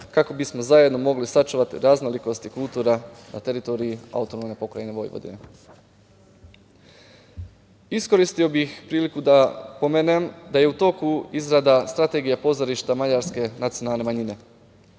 kako bismo zajedno mogli sačuvati raznolikost kultura na teritoriji AP Vojvodine. Iskoristio bih priliku da pomenem da je u toku izrada strategije pozorišta mađarske nacionalne manjine.